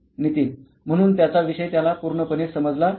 नितीन म्हणून त्याचा विषय त्याला पूर्णपणे समजला नाही